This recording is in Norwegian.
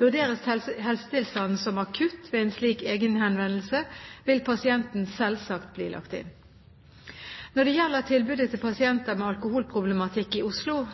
Vurderes helsetilstanden som akutt ved en slik egenhenvendelse, vil pasienten selvsagt bli lagt inn. Når det gjelder tilbudet til pasienter med alkoholproblematikk i Oslo,